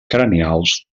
cranials